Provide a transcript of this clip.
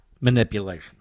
manipulation